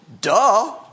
duh